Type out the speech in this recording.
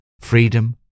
freedom